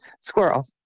squirrel